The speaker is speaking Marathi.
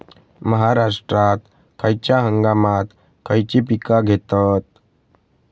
महाराष्ट्रात खयच्या हंगामांत खयची पीका घेतत?